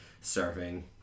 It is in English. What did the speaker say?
serving